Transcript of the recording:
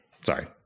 Sorry